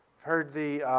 heard the